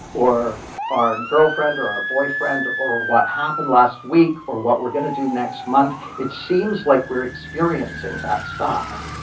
or our girlfriend or our boyfriend, or what happened last week, or what we're going to do next month, it seems like we're experiencing that stuff.